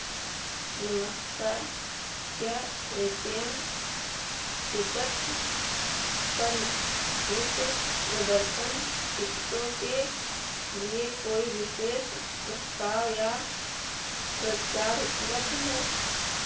नमस्कार क्या एट य म टिकट्स पर नित्य प्रदर्शन टिकटों के लिए कोई विशेष प्रस्ताव या प्रचार उपलब्ध है